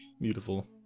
Beautiful